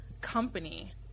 company